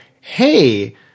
hey